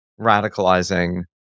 radicalizing